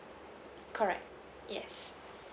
correct yes